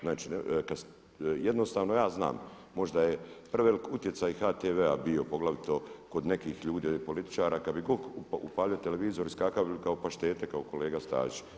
Znači jednostavno ja znam, možda je prevelik utjecaj HTV-a bio poglavito kod nekih ljudi političara, kada bi god tko upalio televizor iskakali bi kao iz paštete kao kolega Stazić.